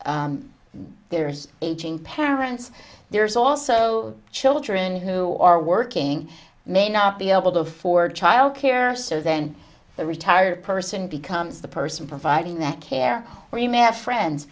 that there's aging parents there's also children who are working may not be able to afford childcare so then the retired person becomes the person providing that care